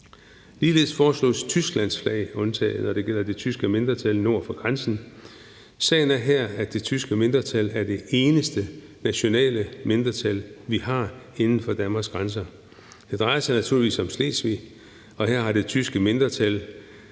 Ligeledes foreslås Tysklands flag undtaget, og det gælder det tyske mindretal nord for grænsen. Sagen er her, at det tyske mindretal er det eneste nationale mindretal, vi har inden for Danmarks grænser. Det drejer sig naturligvis om Slesvig, og det tyske mindretal